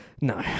No